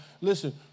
listen